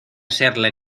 serle